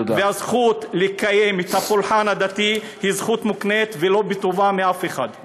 והזכות לקיים את הפולחן הדתי היא זכות מוקנית ולא טובה מאף אחד.